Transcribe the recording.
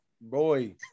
Boy